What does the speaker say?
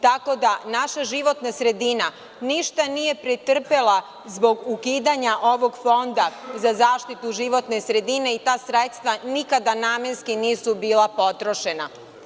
Tako da naša životna sredina ništa nije pretrpela zbog ukidanja ovog Fonda za zaštitu životne sredine i nikada namenski nisu bila potrošena.